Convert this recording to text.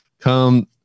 come